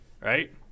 right